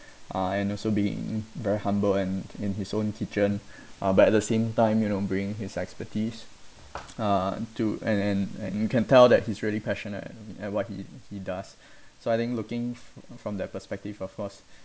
uh and also being very humble and in his own kitchen uh but at the same time you know bring his expertise uh to and and and you can tell that he's really passionate at what he he does so I think looking from that perspective of course